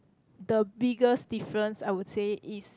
the biggest difference I would say is